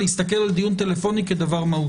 להסתכל על דיון טלפוני כדבר מהותי.